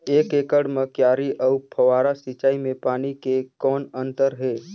एक एकड़ म क्यारी अउ फव्वारा सिंचाई मे पानी के कौन अंतर हे?